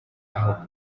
aho